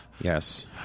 Yes